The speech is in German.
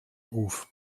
ruf